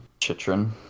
Chitrin